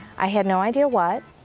i had no idea what.